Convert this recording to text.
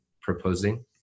proposing